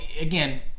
again